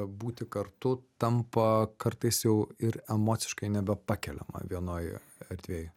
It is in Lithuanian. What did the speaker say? būti kartu tampa kartais jau ir emociškai nebepakeliama vienoj erdvėj